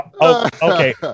Okay